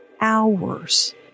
hours